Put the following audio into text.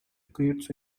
creates